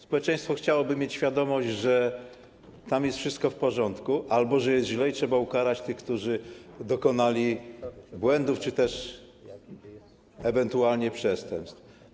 Społeczeństwo chciałoby mieć świadomość, że tam jest wszystko w porządku albo że jest źle i trzeba ukarać tych, którzy popełnili błędy czy też ewentualnie przestępstwo.